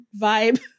vibe